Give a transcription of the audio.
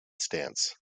stance